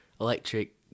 electric